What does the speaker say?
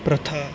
ਪ੍ਰਥਾ